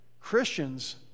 Christians